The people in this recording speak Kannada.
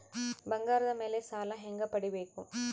ಬಂಗಾರದ ಮೇಲೆ ಸಾಲ ಹೆಂಗ ಪಡಿಬೇಕು?